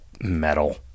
metal